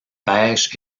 pêche